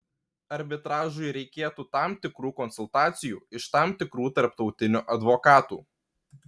arbitražui reikėtų tam tikrų konsultacijų iš tam tikrų tarptautinių advokatų